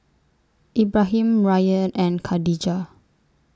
Ibrahim Ryan and Khadija